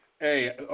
Hey